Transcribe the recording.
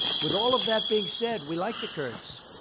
with all of that being said, we like the kurds.